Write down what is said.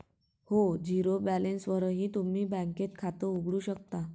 हो, झिरो बॅलन्सवरही तुम्ही बँकेत खातं उघडू शकता